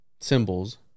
symbols